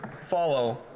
follow